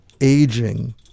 aging